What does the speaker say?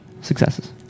successes